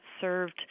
served